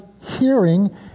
hearing